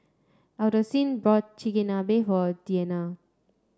Alphonsine bought Chigenabe for Deanna